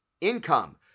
income